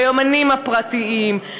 ביומנים הפרטיים,